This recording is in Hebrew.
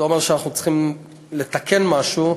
זה אומר שאנחנו צריכים לתקן משהו,